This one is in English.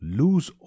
lose